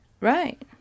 Right